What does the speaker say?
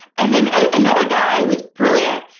and then another guy who is brilliant,